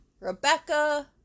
Rebecca